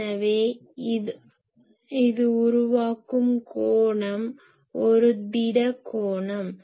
எனவே அது உருவாக்கும் கோணம் ஒரு திட கோணம்